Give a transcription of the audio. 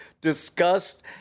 disgust